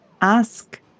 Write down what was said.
ask